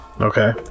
Okay